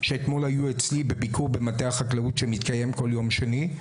שאתמול היו אצלי בביקור במטה החקלאות שמתקיים כל יום שני.